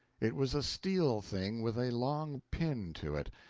it was a steel thing with a long pin to it,